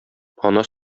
ана